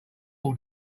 all